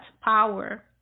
power